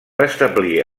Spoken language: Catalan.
establir